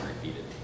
repeated